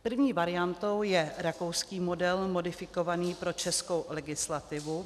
První variantou je rakouský model modifikovaný pro českou legislativu.